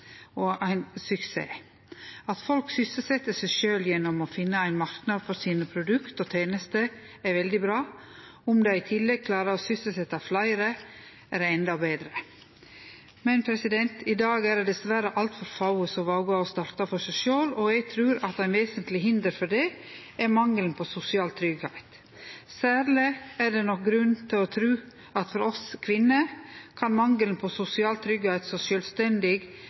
og ein suksess. At folk sysselset seg sjølve gjennom å finne ein marknad for produkta og tenestene sine, er veldig bra. Om dei i tillegg klarar å sysselsetje fleire, er det endå betre. I dag er det dessverre altfor få som vågar å starte for seg sjølve. Eg trur at eit vesentleg hinder for det er mangelen på sosial tryggleik. Særleg er det nok grunn til å tru at for oss kvinner kan mangelen på sosial tryggleik som sjølvstendig